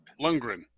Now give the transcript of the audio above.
Lundgren